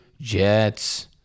Jets